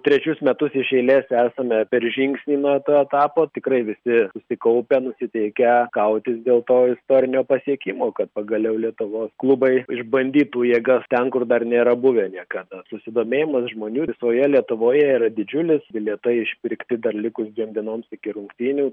trečius metus iš eilės esame per žingsnį nuo to etapo tikrai visi susikaupę nusiteikę kautis dėl to istorinio pasiekimo kad pagaliau lietuvos klubai išbandytų jėgas ten kur dar nėra buvę niekada susidomėjimas žmonių visoje lietuvoje yra didžiulis bilietai išpirkti dar likus dviem dienoms iki rungtynių